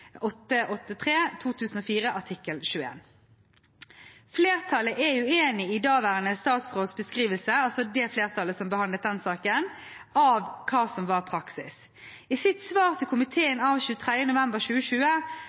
artikkel 21. Flertallet, altså det flertallet som behandlet den saken, er uenig i daværende statsråds beskrivelse av hva som var praksis. I sitt svar til komiteen av 23. november 2020